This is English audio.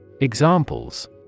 Examples